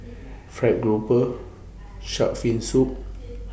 Fried Grouper Shark's Fin Soup